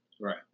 Right